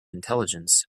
intelligence